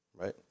Right